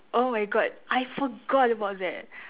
oh my god I forgot about that